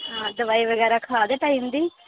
हां दवाई बगैरा खा दे टाइम दी